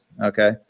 okay